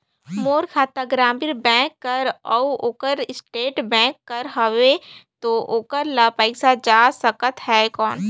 मोर खाता ग्रामीण बैंक कर अउ ओकर स्टेट बैंक कर हावेय तो ओकर ला पइसा जा सकत हे कौन?